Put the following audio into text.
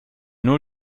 nur